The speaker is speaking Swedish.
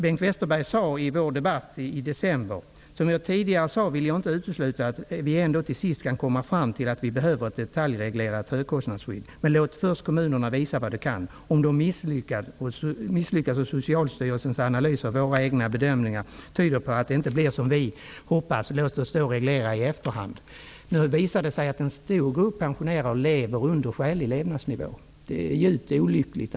Bengt Westerberg sade i en debatt som vi hade i december: ''Som jag tidigare sade vill jag inte utesluta att vi ändå till sist kan komma fram till att vi behöver ett detaljreglerat högkostnadsskydd. Men låt först kommunerna visa vad de kan. Om de misslyckas, och Socialstyrelsens analyser och våra egna bedömningar tyder på att det inte blev som vi hoppas: låt oss då reglera i efterhand, --.'' En stor grupp pensionerade lever dock under skälig levnadsnivå. Det är djupt olyckligt.